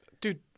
Dude